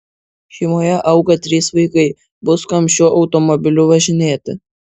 šeimoje auga trys vaikai bus kam šiuo automobiliu važinėti